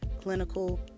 clinical